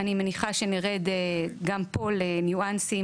אני מניחה שנרד גם פה לניואנסים.